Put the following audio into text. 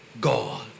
god